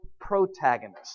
protagonist